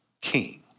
king